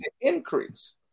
Increase